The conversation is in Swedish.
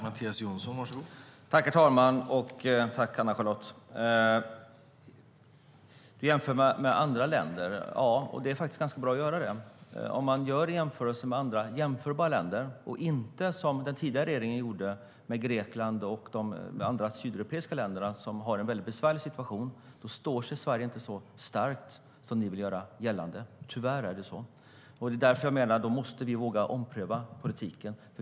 Herr talman! Jag tackar Ann-Charlotte för replikerna. Vi jämför med andra länder, och det är ganska bra att göra det. Om man gör jämförelser med jämförbara länder - inte med Grekland och andra sydeuropeiska länder som har en väldigt besvärlig situation, som den tidigare regeringen gjorde - står sig Sverige inte så starkt som ni vill göra gällande. Tyvärr är det så. Det är därför jag menar att vi måste våga ompröva politiken.